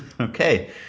okay